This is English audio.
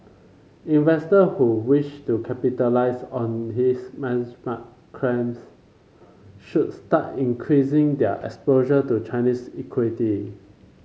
investor who wish to capitalise on his mark climbs should start increasing their exposure to Chinese equity